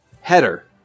header